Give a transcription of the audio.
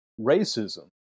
racism